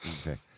Okay